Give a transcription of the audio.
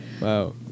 Wow